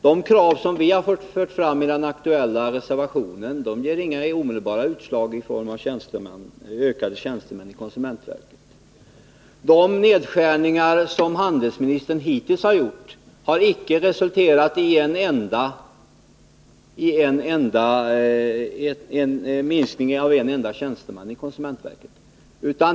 De krav som vi har fört fram i den aktuella reservationen ger inga omedelbara utslag i form av ett ökat antal tjänstemän i konsumentverket. De nedskärningar som handelsministern hittills gjort har icke resulterat i minskning med en enda tjänstemän i konsumentverket.